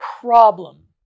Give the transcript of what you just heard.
problem